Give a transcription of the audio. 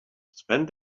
spent